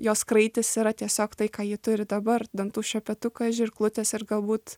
jos kraitis yra tiesiog tai ką ji turi dabar dantų šepetuką žirklutes ir galbūt